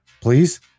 Please